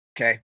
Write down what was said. okay